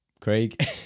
Craig